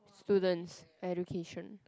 students education